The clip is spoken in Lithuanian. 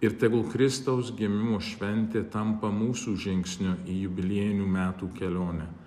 ir tegul kristaus gimimo šventė tampa mūsų žingsniu į jubiliejinių metų kelionę